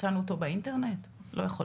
תודה רבה.